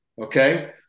Okay